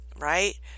right